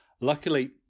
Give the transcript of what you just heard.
Luckily